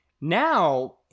now